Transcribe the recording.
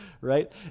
right